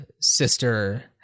sister